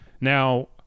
Now